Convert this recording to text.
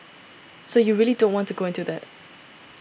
so you really don't want to go into that